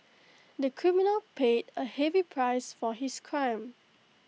the criminal paid A heavy price for his crime